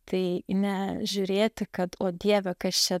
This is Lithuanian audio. tai ne žiūrėti kad o dieve kas čia